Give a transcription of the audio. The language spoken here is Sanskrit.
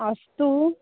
अस्तु